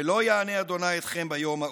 ולא יענה ה' אתכם ביום ההוא".